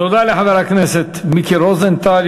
תודה לחבר הכנסת מיקי רוזנטל.